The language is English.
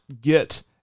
get